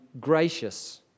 gracious